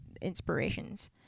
inspirations